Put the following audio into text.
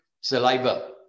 saliva